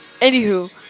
Anywho